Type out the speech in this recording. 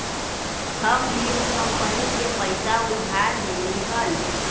हम भी ऊ कंपनी के पैसा उधार में देली हल